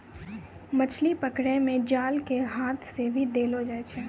मछली पकड़ै मे जाल के हाथ से भी देलो जाय छै